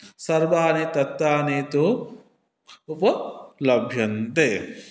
सर्वाणि तत्त्वानि तु उपलभ्यन्ते